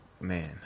man